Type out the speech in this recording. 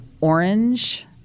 orange